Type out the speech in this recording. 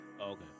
Okay